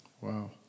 Wow